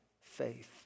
faith